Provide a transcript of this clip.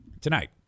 Tonight